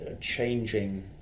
changing